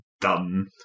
done